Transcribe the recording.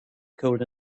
cold